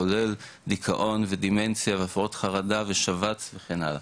כולל דיכאון ודמנציה והפרעות חרדה ושבץ וכן הלאה,